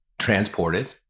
transported